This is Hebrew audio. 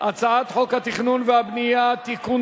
הצעת חוק התכנון והבנייה (תיקון,